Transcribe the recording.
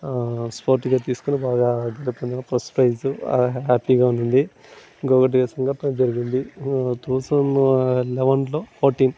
స్పోర్టివ్గా తీసుకుని బాగా నెగ్గినా ఫస్ట్ ప్రైజు బాగా హ్యాపీగా ఉండింది ఇంకొకటి సంఘటన జరిగింది టూ థౌజండ్ లెవెన్లో ఫోర్టీన్